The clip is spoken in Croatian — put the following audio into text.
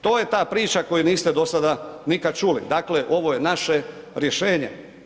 To je ta priča koju niste do sada nikada čuli, dakle, ovo je naše rješenje.